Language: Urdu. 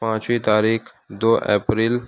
پانچویں تاریخ دو اپریل